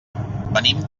venim